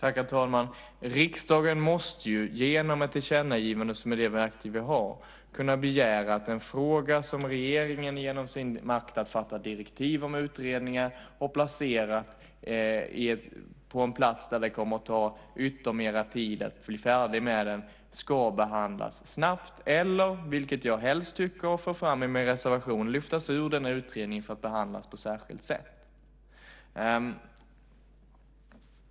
Herr talman! Riksdagen måste ju genom ett tillkännagivande, som är det verktyg vi har, kunna begära att en fråga som regeringen, genom sin makt att ge direktiv till utredningar, placerat på en plats där det kommer att ta ytterligare tid att bli färdig med den ska behandlas snabbt eller, vilket jag helst vill och för fram i min reservation, lyftas ur denna utredning för att behandlas på särskilt sätt.